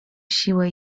siłę